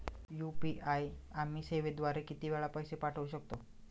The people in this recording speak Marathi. यू.पी.आय आम्ही सेवेद्वारे किती वेळा पैसे पाठवू शकतो?